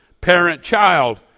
parent-child